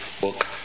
book